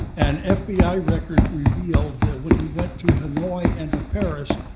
and fbi records revealed that when he went to hanoi and to paris,